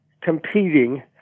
competing